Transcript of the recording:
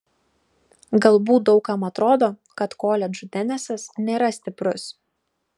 galbūt daug kam atrodo kad koledžų tenisas nėra stiprus